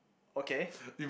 okay